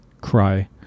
cry